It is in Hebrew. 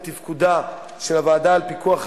את סיכום הצעותיה של הוועדה לביקורת